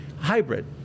hybrid